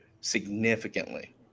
significantly